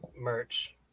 merch